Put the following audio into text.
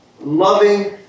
loving